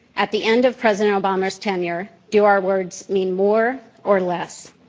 at the end of president obama's tenure, do our words mean more or less?